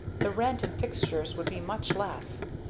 the rent and fixtures would be much less.